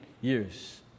years